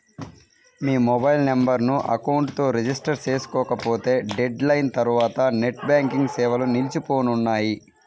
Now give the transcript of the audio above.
మీ mobile నెంబర్ను account తో register చేసుకోకపోతే డెడ్ లైన్ తర్వాత నెట్ బ్యాంకింగ్ సేవలు నిలిచిపోనున్నాయి